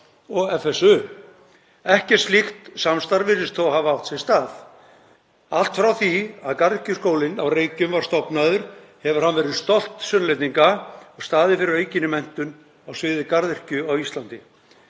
og FSU. Ekkert slíkt samstarf virðist þó hafa átt sér stað. Allt frá því að Garðyrkjuskólinn á Reykjum var stofnaður hefur hann verið stolt Sunnlendinga og staðið fyrir aukinni menntun á sviði garðyrkju á Íslandi.